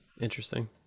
Interesting